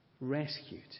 Rescued